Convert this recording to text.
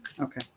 Okay